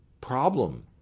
problem